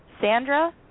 Sandra